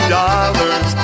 dollars